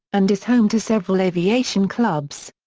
and is home to several aviation clubs.